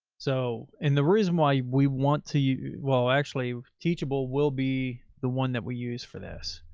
so, and the reason why we want to, well, actually teachable will be the one that we use for this.